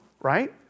right